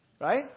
Right